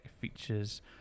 features